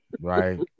right